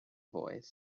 voice